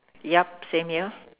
yup same here